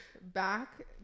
Back